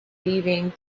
leaving